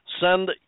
Send